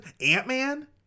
Ant-Man